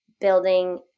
building